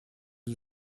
для